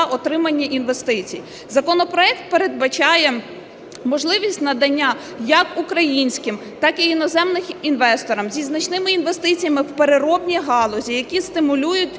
Законопроект передбачає можливість надання як українським так і іноземним інвесторам зі значними інвестиціями в переробній галузі, які стимулюють зростання